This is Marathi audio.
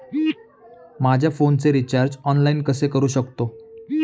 माझ्या फोनचे रिचार्ज ऑनलाइन कसे करू शकतो?